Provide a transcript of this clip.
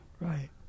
Right